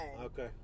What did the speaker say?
Okay